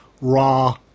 raw